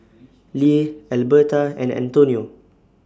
Leah Elberta and Antonio